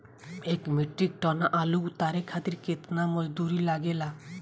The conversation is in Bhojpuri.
एक मीट्रिक टन आलू उतारे खातिर केतना मजदूरी लागेला?